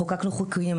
חוקקנו חוקים,